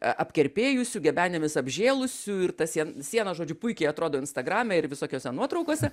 a apkerpėjusių gebenėmis apžėlusių ir ta sien siena žodžiu puikiai atrodo instagrame ir visokiose nuotraukose